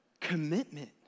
commitment